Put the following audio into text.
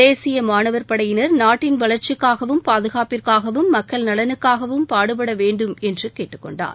தேசிய மாணவர் படையினர் நாட்டின் வளர்ச்சிக்காகவும் பாதுகாப்பிற்காகவும் மக்கள் நலனுக்காகவும் பாடுபட வேண்டும் என்று கேட்டுக்கொண்டார்